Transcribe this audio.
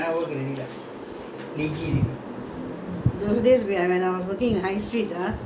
those days when I was working at high street ah there were so many nice shops and all that